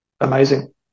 amazing